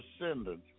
descendants